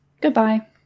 Goodbye